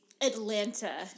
Atlanta